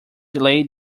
delayed